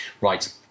right